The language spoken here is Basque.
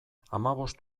hamabost